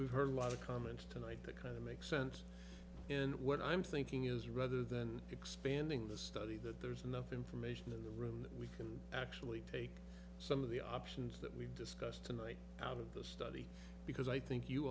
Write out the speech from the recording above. we've heard a lot of comments tonight that kind of makes sense and what i'm thinking is rather than expanding the study that there's enough information in the room we can actually take some of the options that we've discussed tonight out of the study because i think you